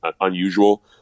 unusual